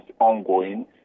ongoing